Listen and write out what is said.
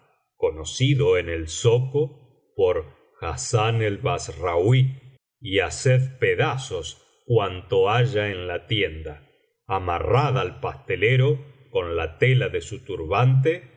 conocido en el zoco por hassán el bassrauí y haced pedazos cuanto haya en la tienda amarrad al pastelero con la tela de su turbante